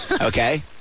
Okay